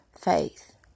faith